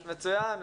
מצוין.